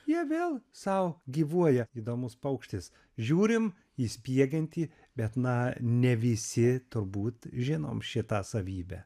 jie vėl sau gyvuoja įdomus paukštis žiūrim į spiegiantį bet na ne visi turbūt žinom šitą savybę